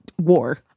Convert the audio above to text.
war